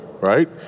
Right